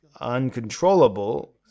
uncontrollable